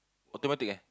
automatic eh